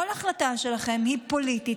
כל החלטה שלכם היא פוליטית,